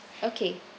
okay